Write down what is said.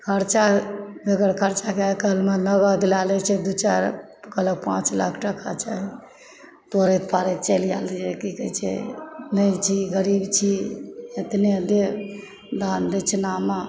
खर्चा बेगर खर्चाके आइकाइल नगद लए लै छै दू चारि लाख कहलक पाँच लाख टका चाही तोड़ैत की कहै छै नहि छी गरीब छी एतने देब दान दक्षिणामे